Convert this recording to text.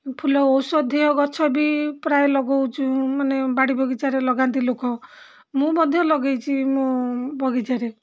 ଫୁଲ ଔଷଧୀୟ ଗଛ ବି ପ୍ରାୟ ଲଗାଉଛୁ ମାନେ ବାଡ଼ି ବଗିଚାରେ ଲଗାନ୍ତି ଲୋକ ମୁଁ ମଧ୍ୟ ଲଗେଇଛି ମୋ ବଗିଚାରେ